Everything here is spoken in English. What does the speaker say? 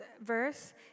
verse